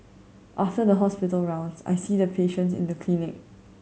after the hospital rounds I see the patients in the clinic